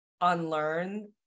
unlearn